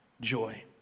joy